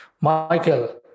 Michael